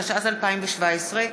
התשע"ז 2017,